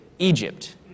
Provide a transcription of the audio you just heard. Egypt